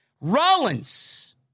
Rollins